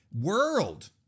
World